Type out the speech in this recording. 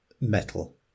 metal